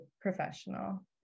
professional